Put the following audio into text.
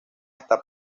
hasta